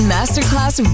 Masterclass